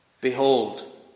Behold